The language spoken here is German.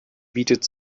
bietet